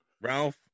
Ralph